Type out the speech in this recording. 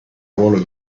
ruolo